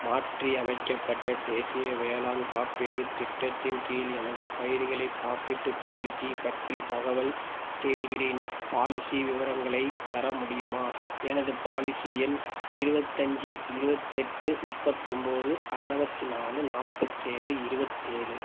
மாற்றி அமைக்கப்பட்ட தேசிய வேளாண் காப்பீட்டுத் திட்டத்தின் கீழ் எனது பயிர்களைக் காப்பீட்டுப் பாலிசி பற்றி தகவல் தேடுகிறேன் பாலிசி விவரங்களைத் தர முடியுமா எனது பாலிசி எண் இருவத்தஞ்சு இருபத்தெட்டு முப்பத்தி ஒம்பது அறுவத்தி நாலு நாப்பத்தேழு இருவத்தேழு